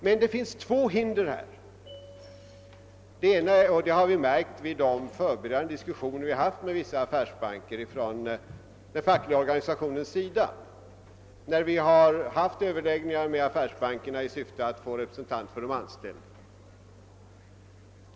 Men det finns här två hinder — det blev vi inom den fackliga organisationen medvetna om vid de förberedande diskussioner vi haft med vissa affärsbanker i syfte att få representation för de anställda.